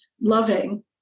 loving